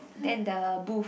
then the booth